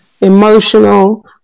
emotional